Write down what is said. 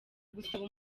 gusaba